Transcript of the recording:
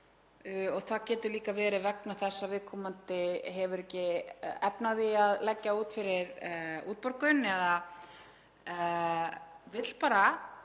Það getur líka verið vegna þess að viðkomandi hefur ekki efni á því að leggja út fyrir útborgun eða vill bara